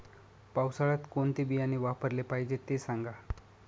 पावसाळ्यात कोणते बियाणे वापरले पाहिजे ते सांगा